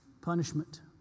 punishment